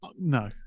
no